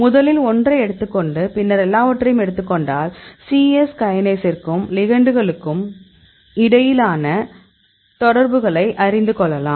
முதல் ஒன்றை எடுத்துக் கொண்டு பின்னர் எல்லாவற்றையும் எடுத்துக் கொண்டால் C யெஸ் கைனேஸுக்கும் லிகெண்டுகளுக்கும் இடையிலான தொடர்புகளை அறிந்து கொள்ளலாம்